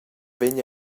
vegni